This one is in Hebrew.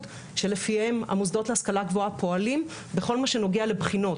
שלפיהן המוסדות להשכלה הגבוהה פועלים בכל מה שנוגע לבחינות.